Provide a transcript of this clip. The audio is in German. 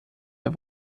der